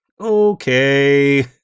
Okay